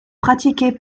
pratiquer